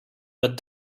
but